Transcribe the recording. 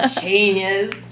Genius